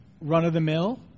run-of-the-mill